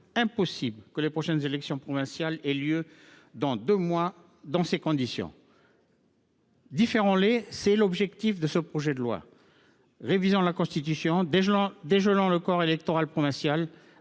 impossible que les prochaines élections provinciales aient lieu dans deux mois dans ces conditions. Différons les ! Tel est l’objectif de ce projet de loi. Révisons la Constitution, dégelons le corps électoral provincial,